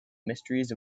mysteries